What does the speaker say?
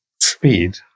speed